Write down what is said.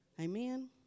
Amen